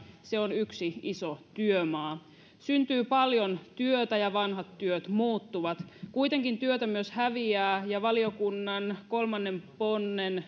se on yksi iso työmaa syntyy paljon työtä ja vanhat työt muuttuvat kuitenkin työtä myös häviää ja valiokunnan kolmannen ponnen